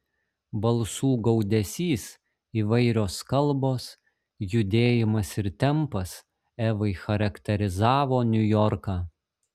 balsų gaudesys įvairios kalbos judėjimas ir tempas evai charakterizavo niujorką